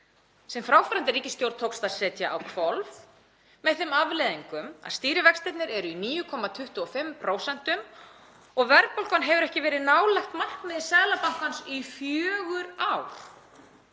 sem fráfarandi ríkisstjórn tókst að setja á hvolf með þeim afleiðingum að stýrivextirnir eru í 9,25% og verðbólgan hefur ekki verið nálægt markmiði Seðlabankans í fjögur ár.